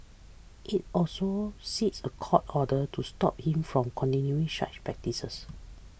it also seeks a court order to stop him from continuing in such practices